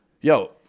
Yo